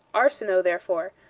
arsinoe, therefore,